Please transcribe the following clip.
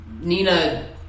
Nina